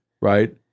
Right